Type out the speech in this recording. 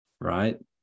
right